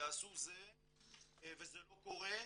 יעשו פה ויעשו זה" וזה לא קורא,